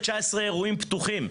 19 אירועים פתוחים.